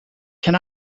can